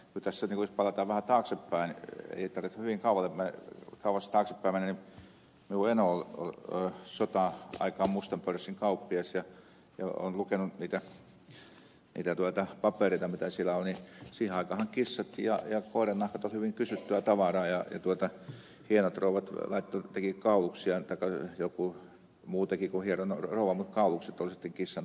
mutta jos palataan vähän taaksepäin ei tarvitse hyvin kauas taaksepäin mennä kun minun enoni oli sota aikaan mustan pörssin kauppias ja olen lukenut niitä papereita mitä siellä on ja siihen aikaanhan kissan ja koirannahkat olivat hyvin kysyttyä tavaraa ja hienot rouvat tekivät kauluksia taikka joku muu teki kuin hieno rouva mutta kaulukset olivat sitten kissan tai koirannahkaa